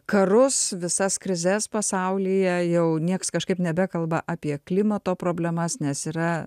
karus visas krizes pasaulyje jau nieks kažkaip nebekalba apie klimato problemas nes yra